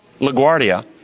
LaGuardia